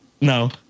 No